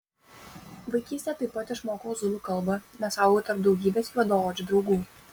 vaikystėje taip pat išmokau zulų kalbą nes augau tarp daugybės juodaodžių draugų